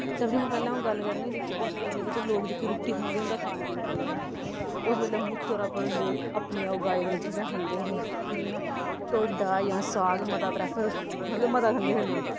सबनी हा पैह्लै आ'ऊं गल्ल करा निं जेह्की उस बेल्लै लोक रुटटी खंदे हे उंदा खान पीन कदेआ हा उस बेलै लोक मुक्ख तौरा पर अपनी उगाई दियां चींजा खंदे हे जियां टोडा जां साग मता प्रैफर मतलव मता खंदे हे लोक